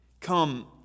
Come